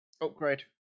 Upgrade